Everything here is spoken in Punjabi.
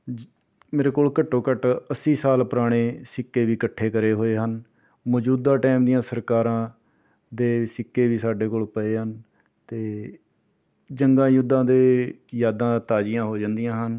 ਜ ਮੇਰੇ ਕੋਲ ਘੱਟੋ ਘੱਟ ਅੱਸੀ ਸਾਲ ਪੁਰਾਣੇ ਸਿੱਕੇ ਵੀ ਇਕੱਠੇ ਕਰੇ ਹੋਏ ਹਨ ਮੌਜੂਦਾ ਟਾਇਮ ਦੀਆਂ ਸਰਕਾਰਾਂ ਦੇ ਸਿੱਕੇ ਵੀ ਸਾਡੇ ਕੋਲ ਪਏ ਹਨ ਅਤੇ ਜੰਗਾਂ ਯੁੱਧਾਂ ਦੇ ਯਾਦਾਂ ਤਾਜ਼ੀਆਂ ਹੋ ਜਾਂਦੀਆਂ ਹਨ